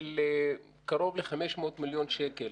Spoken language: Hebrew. של קרוב ל-500 מיליון שקלים.